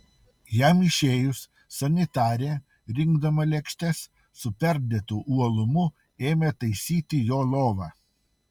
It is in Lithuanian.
jam išėjus sanitarė rinkdama lėkštes su perdėtu uolumu ėmė taisyti jo lovą